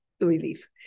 relief